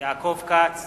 יעקב כץ,